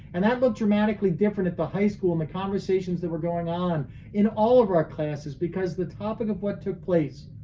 and that looked dramatically different at the high school and the conversations that were going on in all of our classes, because of the topic of what took place.